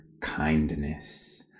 kindness